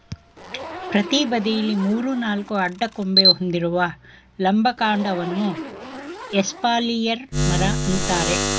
ಪ್ರತಿ ಬದಿಲಿ ಮೂರು ನಾಲ್ಕು ಅಡ್ಡ ಕೊಂಬೆ ಹೊಂದಿರುವ ಲಂಬ ಕಾಂಡವನ್ನ ಎಸ್ಪಾಲಿಯರ್ ಮರ ಅಂತಾರೆ